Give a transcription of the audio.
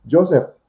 Joseph